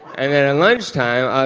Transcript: and then at lunchtime, i